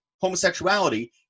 homosexuality